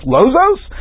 Lozos